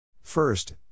First